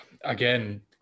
Again